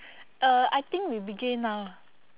uh I think we begin now